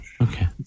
okay